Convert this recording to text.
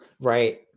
Right